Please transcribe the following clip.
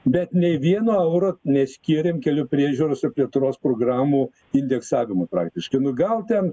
bet nei vieno euro neskyrėm kelių priežiūros ir plėtros programų indeksavimui praktiškai nu gal ten